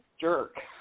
jerk